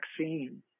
vaccine